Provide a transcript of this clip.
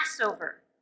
Passover